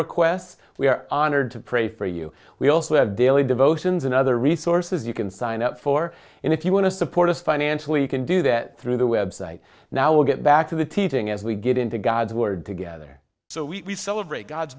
requests we are honored to pray for you we also have daily devotions and other resources you can sign up for and if you want to support us financially you can do that through the web site now we'll get back to the teaching as we get into god's word together so we celebrate god's